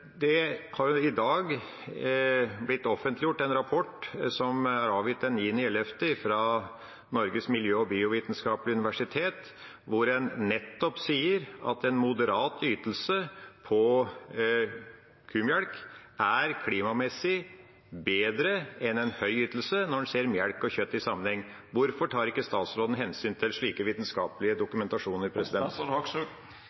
i dag offentliggjort en rapport, avgitt den 9. november, fra Norges miljø- og biovitenskapelige universitet, hvor en nettopp sier at en moderat ytelse på kumelk er klimamessig bedre enn en høy ytelse når en ser melk og kjøtt i sammenheng. Hvorfor tar ikke statsråden hensyn til